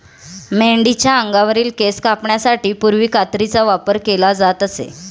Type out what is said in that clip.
मेंढीच्या अंगावरील केस कापण्यासाठी पूर्वी कात्रीचा वापर केला जात असे